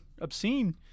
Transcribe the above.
obscene